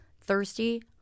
thirsty